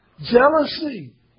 Jealousy